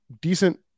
decent